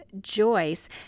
Joyce